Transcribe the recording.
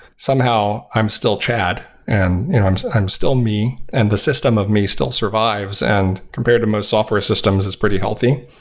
somehow i'm still chad and i'm i'm still me and the system of me still survives, and compared to most software systems, it's pretty healthy,